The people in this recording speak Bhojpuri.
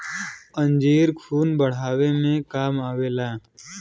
अंजीर खून बढ़ावे मे काम आवेला